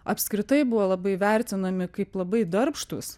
apskritai buvo labai vertinami kaip labai darbštūs